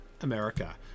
America